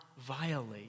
violate